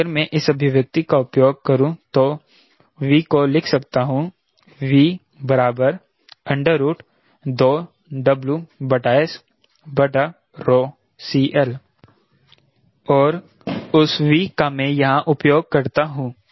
तो अगर मैं इस अभिव्यक्ति का उपयोग करूं तो V को लिख सकता हूं V 2WSCL और उस V का मे यहाँ उपयोग करता हूं